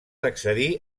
accedir